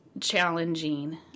challenging